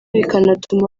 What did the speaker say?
bikanatuma